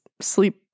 sleep